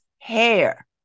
hair